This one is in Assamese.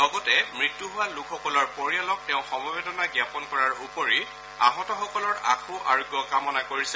লগতে মত্য হোৱা লোকসকলৰ পৰিয়ালক তেওঁ সমবেদনা জাপন কৰাৰ উপৰি আহতসকলৰ আশু আৰোগ্য কামনা কৰিছে